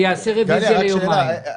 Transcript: אני אעשה רוויזיה ליומיים.